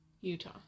Utah